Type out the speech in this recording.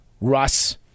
Russ